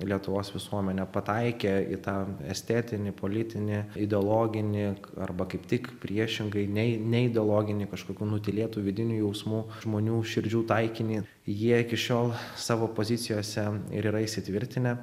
lietuvos visuomenę pataikė į tą estetinį politinį ideologinį arba kaip tik priešingai nei neideologinį kažkokių nutylėtų vidinių jausmų žmonių širdžių taikinį jie iki šiol savo pozicijose ir yra įsitvirtinę